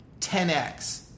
10x